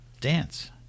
dance